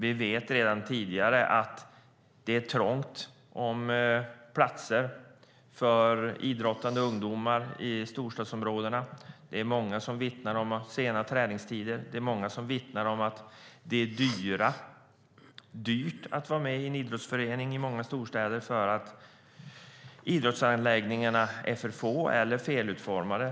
Vi vet redan att det är trångt om platser för idrottande ungdomar i storstadsområdena. Många vittnar om sena träningstider, om att det i många storstäder är dyrt att vara med i en idrottsförening eftersom idrottsanläggningarna är för få eller felutformade.